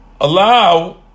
allow